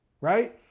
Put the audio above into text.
right